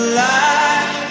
light